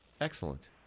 Excellent